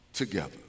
Together